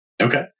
Okay